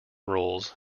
roles